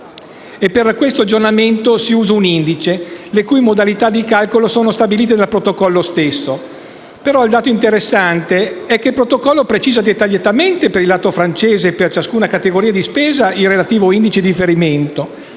Per aggiornare il costo si usa un indice le cui modalità di calcolo sono stabilite nel protocollo stesso, ma il dato interessante è che il protocollo precisa dettagliatamente per il lato francese di spesa il relativo indice di riferimento